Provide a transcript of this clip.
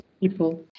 people